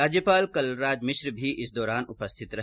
राज्यपाल कलराज मिश्र भी इस दौरान उपस्थित रहे